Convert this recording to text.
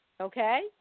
okay